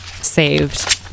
saved